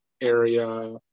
area